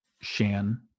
Shan